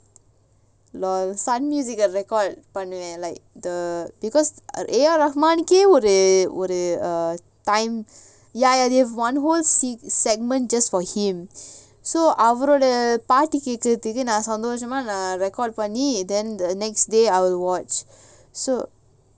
I record like the because ar rahman கேஒருஒரு:ke oru oru ya they have one whole segment just for him so அவருடையபாட்டுகேக்குறதுக்குநான்சந்தோசமா:avarudaya paatu kekurathuku nan sandhosama record பண்ணி:panni then the next day I will watch so